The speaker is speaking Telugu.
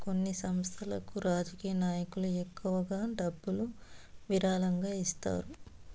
కొన్ని సంస్థలకు రాజకీయ నాయకులు ఎక్కువ డబ్బులు విరాళంగా ఇస్తారు